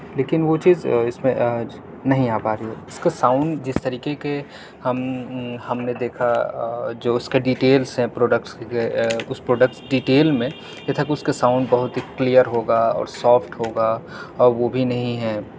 لیکن وہ چیز اس میں نہیں آ پا رہی ہے اس کا ساؤنڈ جس طریقے کے ہم ہم نے دیکھا جو اس کے ڈٹیلس ہیں پروڈکٹس کے اس پروڈکٹس ڈٹیل میں یہ تھا کہ اس کا ساؤنڈ بہت ہی کلیئر ہوگا اور سافٹ ہوگا اور وہ بھی نہیں ہے